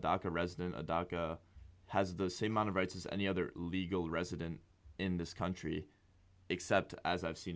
dark a resident a dark has the same amount of rights as any other legal resident in this country except as i've seen